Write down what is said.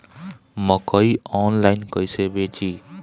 मकई आनलाइन कइसे बेची?